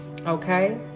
okay